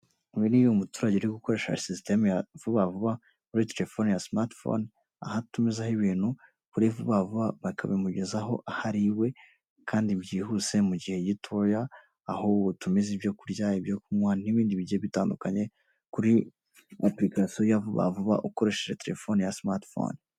Uyu ni umuturage uri gukoresha sisiteme ya vuba vuba muri telefoni ya simati foni, aho atumizaho ibintu kuri vuba vuba bakabimugezaho aho ari iwe kandi byihuse, mu gihe gitoya, aho utumiza ibyo kurya, ibyo kunywa n'ibindi bigiye bitandukanye, kuri apurikasiyo ya vuba vuba, ukoresheje telefoni ya simati foni.